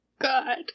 God